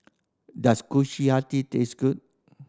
does Kushiyaki taste good